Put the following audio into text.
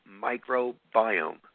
microbiome